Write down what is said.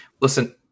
listen